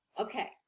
okay